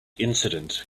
incident